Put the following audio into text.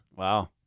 Wow